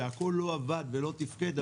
שהכול לא עבד ולא תפקד,